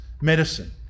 medicine